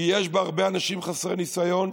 כי יש בה הרבה אנשים חסרי ניסיון,